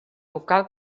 vocal